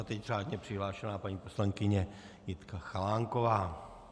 A teď řádně přihlášená paní poslankyně Jitka Chalánková.